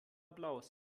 applaus